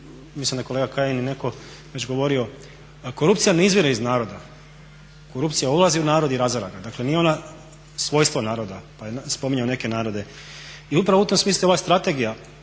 mislim da je kolega Kajin i netko već govorio korupcija ne izvire iz naroda. Korupcija ulazi u narod i razara ga. Dakle, nije ona svojstvo naroda, pa je spominjao neke narode. I upravo u tom smislu ova strategija,